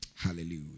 Hallelujah